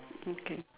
okay